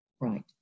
Right